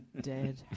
dead